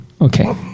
Okay